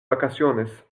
vacaciones